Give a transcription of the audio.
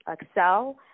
excel